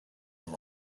are